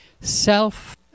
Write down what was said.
self